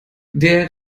der